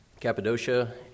Cappadocia